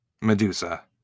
Medusa